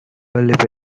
believe